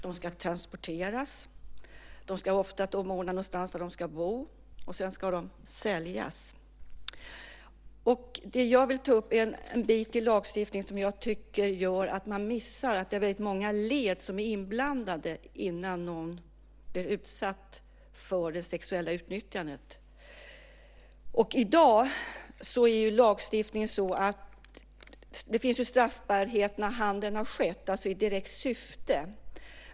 De ska transporteras, man ska ordna någonstans där de ska bo, och sedan ska de säljas. Det jag vill ta upp är en bit i lagstiftningen som gör att man missar att det är väldigt många led som är inblandade innan någon blir utsatt för det sexuella utnyttjandet. I dag är lagstiftningen sådan att det finns straffbarhet när handeln har skett i ett direkt syfte.